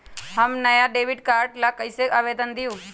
हम नया debit card ला कईसे आवेदन दिउ?